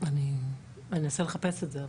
אני אנסה לחפש את זה.